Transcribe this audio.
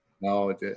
No